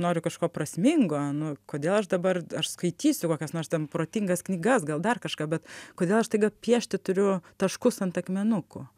noriu kažko prasmingo nu kodėl aš dabar aš skaitysiu kokias nors ten protingas knygas gal dar kažką bet kodėl aš staiga piešti turiu taškus ant akmenukų